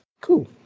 cool